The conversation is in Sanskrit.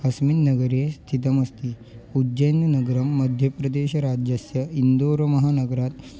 अस्मिन् नगरे स्थितमस्ति उज्जैन्नि नगरं मध्यप्रदेशराज्यस्य इन्दोर् महानगरात्